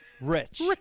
Rich